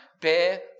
bear